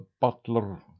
butler